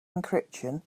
encryption